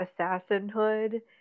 assassinhood